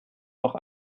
noch